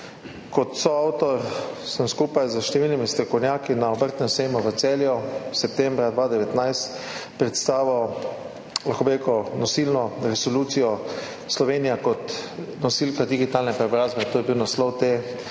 Kot soavtor sem skupaj s številnimi strokovnjaki na Obrtnem sejmu v Celju septembra 2019 predstavil nosilno resolucijo Slovenija kot nosilka digitalne preobrazbe. To je bil naslov te